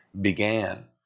began